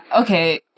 okay